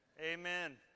amen